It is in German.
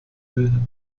wilhelm